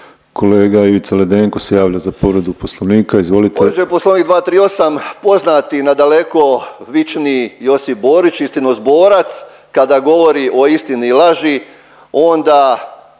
Kolega Ivica Ledenko se javlja za povredu Poslovnika, izvolite.